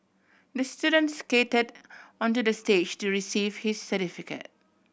the student skated onto the stage to receive his certificate